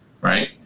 Right